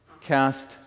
cast